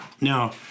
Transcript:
Now—